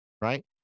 right